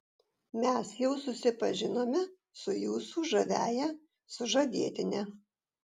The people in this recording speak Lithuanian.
mes jau susipažinome su jūsų žaviąja sužadėtine